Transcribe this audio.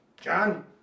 John